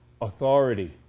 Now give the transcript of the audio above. authority